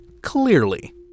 clearly